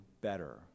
better